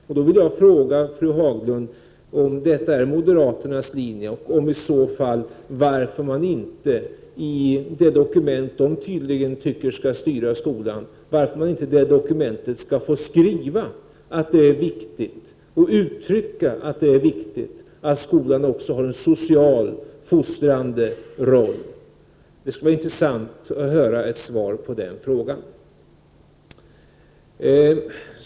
Jag vill fråga fru Haglund om detta är moderaternas linje, och varför man i så fall inte i det dokument som moderaterna anser skall styra skolan skall få skriva in att det är viktigt att skolan också har en social och fostrande roll. Det skulle vara intressant att få ett svar på den frågan.